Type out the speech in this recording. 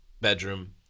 bedroom